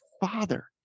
Father